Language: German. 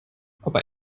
aber